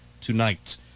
tonight